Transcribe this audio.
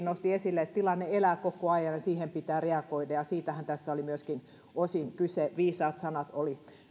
nosti esille että tilanne elää koko ajan ja siihen pitää reagoida ja siitähän tässä oli myöskin osin kyse viisaat sanat olivat